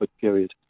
period